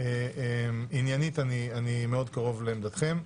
עניינית אני מאוד קרוב לעמדתכם.